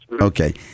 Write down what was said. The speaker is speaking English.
Okay